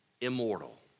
immortal